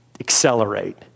accelerate